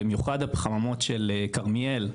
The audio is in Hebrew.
במיוחד החממות של כרמיאל,